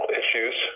issues